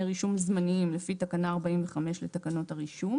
רישום זמניים לפי תקנה 45 לתקנות הרישום".